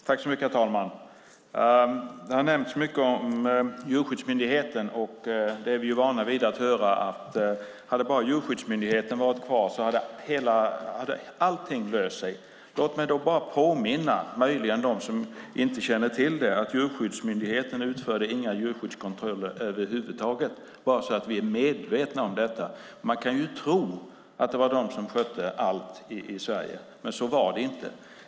Herr talman! Det har talats mycket om Djurskyddsmyndigheten. Vi är vana vid att höra att om bara Djurskyddsmyndigheten hade varit kvar hade allt löst sig. Låt mig påminna om att Djurskyddsmyndigheten inte utförde några djurskyddskontroller över huvud taget. Det ska vi vara medvetna om. Man kan tro att det var de som skötte allt i Sverige, men så var det inte.